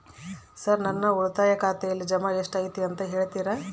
Sir ನನ್ನ ಉಳಿತಾಯ ಖಾತೆಯಲ್ಲಿ ಜಮಾ ಎಷ್ಟು ಐತಿ ಅಂತ ಹೇಳ್ತೇರಾ?